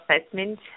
assessment